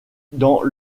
dans